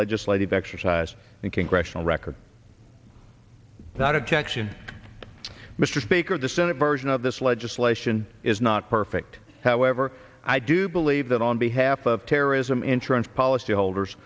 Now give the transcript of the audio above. legislative exercise and congressional record that objection mr speaker the senate version of this legislation is not perfect however i do believe that on behalf of terrorism insurance policy holders